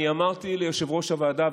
אמרתי ליושב-ראש הוועדה,